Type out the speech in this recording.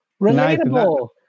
Relatable